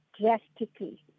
drastically